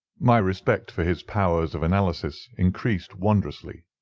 my respect for his powers of analysis increased wondrously.